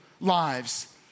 lives